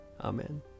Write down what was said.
Amen